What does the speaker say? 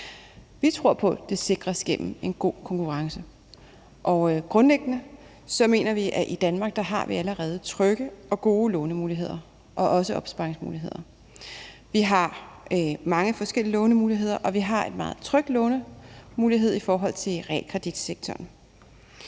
Vi tror på, at det sikres gennem en god konkurrence, og grundlæggende mener vi, at vi i Danmark allerede har trygge og gode lånemuligheder og også opsparingsmuligheder. Vi har mange forskellige lånemuligheder, og vi har en meget tryg lånemulighed i forhold til realkreditsektoren.